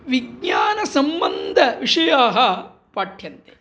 विज्ञानसम्बन्धविषयाः पाठ्यन्ते